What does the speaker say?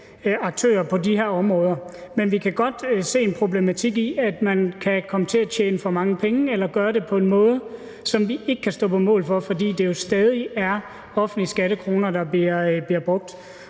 aktører på de her områder. Men vi kan godt se en problematik i, at man kan komme til at tjene for mange penge eller gøre det på en måde, som vi ikke kan stå på mål for, fordi det jo stadig er offentlige skattekroner, der bliver brugt.